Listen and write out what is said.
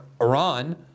Iran